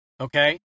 Okay